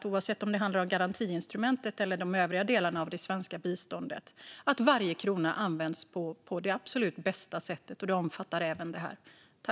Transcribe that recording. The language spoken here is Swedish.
Oavsett om det handlar om garantiinstrumentet eller de övriga delarna av det svenska biståndet behöver vi se till att varje krona används på absolut bästa sätt, och det omfattar även detta.